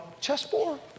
chessboard